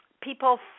people